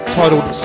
titled